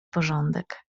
porządek